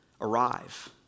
arrive